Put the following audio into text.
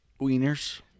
Wieners